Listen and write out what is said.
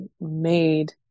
made